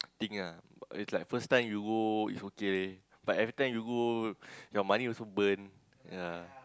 thing ah but it's like first time you go is okay but every time you go your money also burn ya